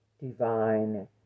divine